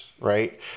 right